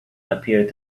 appeared